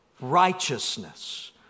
righteousness